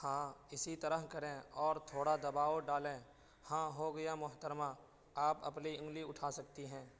ہاں اسی طرح کریں اور تھوڑا دباؤ ڈالیں ہاں ہو گیا محترمہ آپ اپلی انگلی اٹھا سکتی ہیں